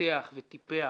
שפיתח וטיפח